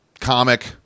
comic